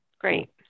great